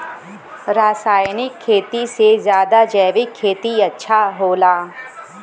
रासायनिक खेती से ज्यादा जैविक खेती अच्छा होला